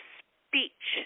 speech